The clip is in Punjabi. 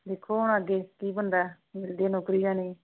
ਦੇਖੋ ਹੁਣ ਅੱਗੇ ਕੀ ਬਣਦਾ ਮਿਲਦੀ ਨੌਕਰੀ ਜਾਂ ਨਹੀਂ